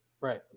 Right